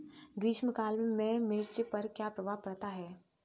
ग्रीष्म काल में मिर्च पर क्या प्रभाव पड़ता है?